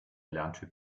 lerntyp